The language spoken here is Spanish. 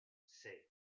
seis